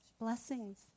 Blessings